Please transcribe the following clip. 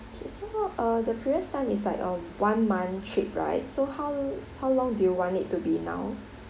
okay so uh the previous time is like um one month trip right so how how long do you want it to be now